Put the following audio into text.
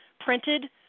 printed